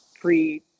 pre